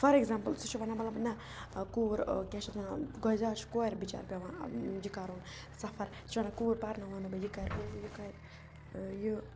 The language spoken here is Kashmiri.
فار ایٚگزامپٕل سُہ چھُ وَنان مطلب نہ کوٗر کیاہ چھِ اَتھ وَنان گۄزِیا چھُ کورِ بِچارِ پیٚوان یہِ کَرُن سَفَر یہِ چھِ وَنان کوٗر پَرنہٕ وَنہٕ بہٕ یہِ کَرِ یہِ کَرِ یہِ